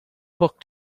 book